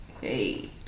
hey